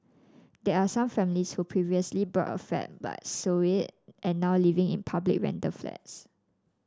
there are some families who previously bought a flat but sold it and now living in public rental flats